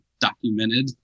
documented